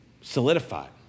solidified